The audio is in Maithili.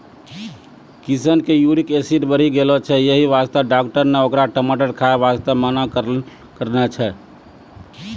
किशन के यूरिक एसिड बढ़ी गेलो छै यही वास्तॅ डाक्टर नॅ होकरा टमाटर खाय वास्तॅ मना करनॅ छै